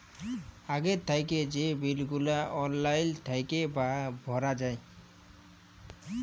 আগে থ্যাইকে যে বিল গুলা অললাইল থ্যাইকে ভরা যায়